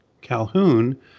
Calhoun